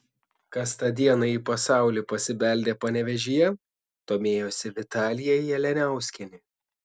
kas tą dieną į pasaulį pasibeldė panevėžyje domėjosi vitalija jalianiauskienė